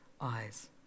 eyes